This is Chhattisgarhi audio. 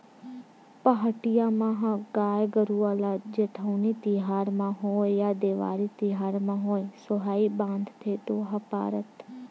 पहाटिया मन ह गाय गरुवा ल जेठउनी तिहार म होवय या देवारी तिहार म होवय सोहई बांधथे दोहा पारत